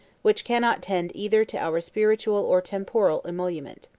which cannot tend either to our spiritual or temporal emolument.